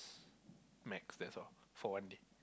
max that's all for one day